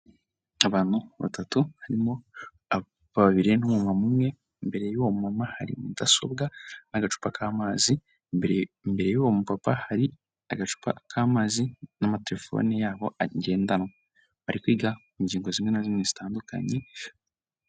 Abantu batatu harimo babiri n'umumama umwe, imbere y'uwo mu mama hari mudasobwa, n'agacupa k'amazi, imbere imbere y'uwo mupapa hari agacupa k'amazi n'amatelefone y'abo agendanwa bari kwiga ku ngingo zimwe na zimwe zitandukanye.